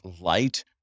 light